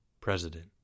President